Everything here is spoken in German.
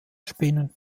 spinnen